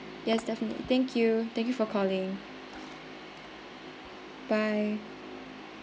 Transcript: yes definitely thank you thank you for calling bye